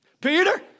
Peter